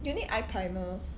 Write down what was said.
you need eye primer